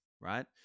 right